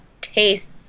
tastes